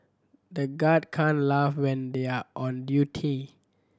the guard can't laugh when they are on duty